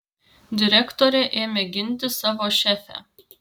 direktorė ėmė ginti savo šefę